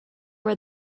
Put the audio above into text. were